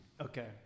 Okay